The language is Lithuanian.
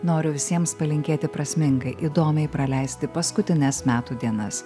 noriu visiems palinkėti prasmingai įdomiai praleisti paskutines metų dienas